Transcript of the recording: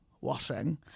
washing